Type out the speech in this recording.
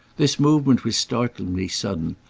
this movement was startlingly sudden,